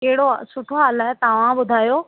कहिड़ो सुठो हाल आहे तव्हां ॿुधायो